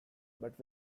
but